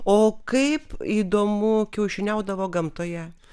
o kaip įdomu kiaušiniaudavo gamtoje